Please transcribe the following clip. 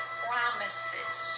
promises